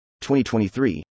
2023